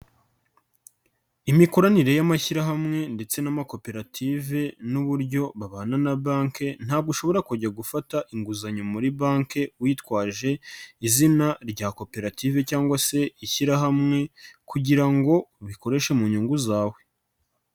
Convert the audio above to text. Imikoranire y'amashyirahamwe ndetse n'amakoperative n'uburyo babana na banki, ntabwo ushobora kujya gufata inguzanyo muri banki witwaje izina rya koperative cyangwa se ishyirahamwe kugira ngo ubikoreshe mu nyungu zawe.